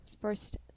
first